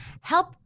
help